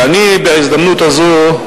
ואני, בהזדמנות זו,